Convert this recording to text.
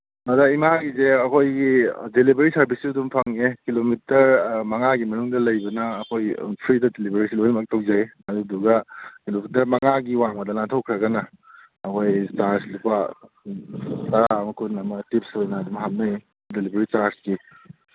ꯑꯗ ꯏꯃꯥꯒꯤꯁꯦ ꯑꯩꯈꯣꯏꯒꯤ ꯗꯤꯂꯤꯕꯔꯤ ꯁꯥꯔꯚꯤꯁꯁꯨ ꯑꯗꯨꯝ ꯐꯪꯉꯦ ꯀꯤꯂꯣꯃꯤꯇꯔ ꯃꯉꯥꯒꯤ ꯃꯅꯨꯡꯗ ꯂꯩꯕꯅ ꯑꯩꯈꯣꯏ ꯐ꯭ꯔꯤꯗ ꯗꯤꯂꯤꯕꯔꯤꯁꯨ ꯂꯣꯏꯃꯛ ꯇꯧꯖꯩ ꯑꯗꯨꯗꯨꯒ ꯀꯤꯂꯣꯃꯤꯇꯔ ꯃꯉꯥꯒꯤ ꯋꯥꯡꯃꯗ ꯂꯥꯟꯊꯣꯛꯈ꯭ꯔꯒꯅ ꯑꯩꯈꯣꯏ ꯆꯥꯔꯖ ꯂꯨꯄꯥ ꯇꯔꯥ ꯑꯃ ꯀꯨꯟ ꯑꯃ ꯐꯤꯛꯁ ꯑꯣꯏꯅ ꯑꯗꯨꯝ ꯍꯥꯞꯅꯩ ꯗꯤꯂꯤꯕꯔꯤ ꯆꯥꯔꯖꯀꯤ